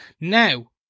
Now